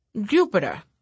Jupiter